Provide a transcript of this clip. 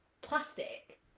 plastic